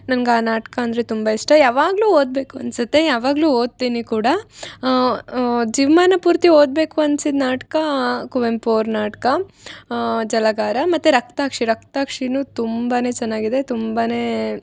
ನಂಗೆ ಆ ನಾಟಕ ಅಂದರೆ ತುಂಬಾ ಇಷ್ಟ ಯಾವಾಗಲೂ ಓದಬೇಕು ಅನ್ಸುತ್ತೆ ಯಾವಾಗಲೂ ಓದ್ತೀನಿ ಕೂಡ ಜೀವ್ಮಾನ ಪೂರ್ತಿ ಓದಬೇಕು ಅನ್ಸಿದ ನಾಟಕ ಕುವೆಂಪು ಅವ್ರ ನಾಟಕ ಜಲಗಾರ ಮತ್ತು ರಕ್ತಾಕ್ಷಿ ರಕ್ತಾಕ್ಷಿ ಇನ್ನು ತುಂಬಾ ಚೆನ್ನಾಗಿದೆ ತುಂಬಾನೇ